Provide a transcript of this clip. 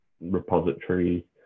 repository